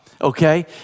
okay